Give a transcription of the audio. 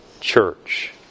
church